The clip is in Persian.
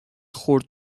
خرد